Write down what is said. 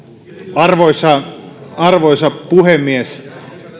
arvoisa arvoisa puhemies